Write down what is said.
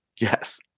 Yes